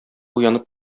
уянып